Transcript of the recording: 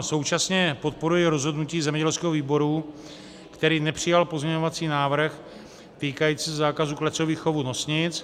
Současně podporuji rozhodnutí zemědělského výboru, který nepřijal pozměňovací návrh týkající se zákazu klecových chovů nosnic.